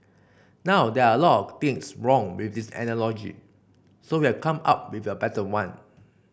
now there are a lot of things wrong with this analogy so we've come up with a better one